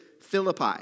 Philippi